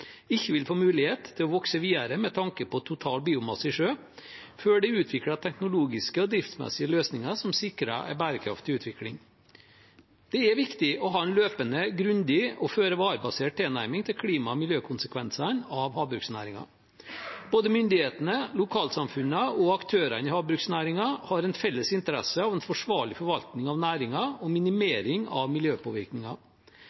ikke vil få mulighet til å vokse videre med tanke på total biomasse i sjø før det er utviklet teknologiske og driftsmessige løsninger som sikrer en bærekraftig utvikling. Det er viktig å ha en løpende, grundig og føre-var-basert tilnærming til klima- og miljøkonsekvensene av havbruksnæringen. Både myndighetene, lokalsamfunnene og aktørene i havbruksnæringen har en felles interesse av en forsvarlig forvaltning av næringen og